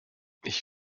ich